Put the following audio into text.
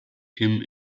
him